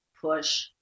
push